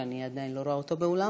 שאני עדיין לא רואה אותו באולם.